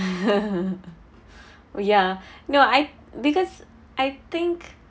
ya no I because I think